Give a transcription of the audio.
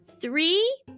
three